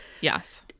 yes